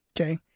Okay